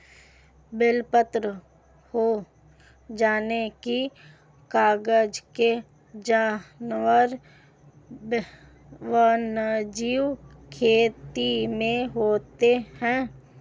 विलुप्त हो जाने की कगार के जानवर वन्यजीव खेती में होते हैं